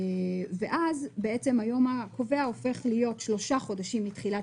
ואז היום הקובע הופך להיות שלושה חודשים מתחילת